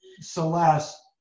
Celeste